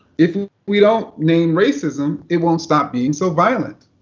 if we don't name racism, it won't stop being so violent.